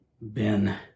Ben